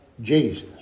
Jesus